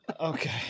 Okay